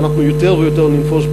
ואנחנו יותר ויותר ננפוש בארץ.